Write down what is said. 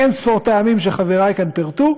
מאין-ספור טעמים שחברי כאן פירטו.